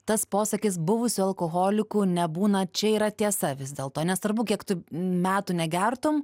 tas posakis buvusių alkoholikų nebūna čia yra tiesa vis dėlto nesvarbu kiek tų metų negertum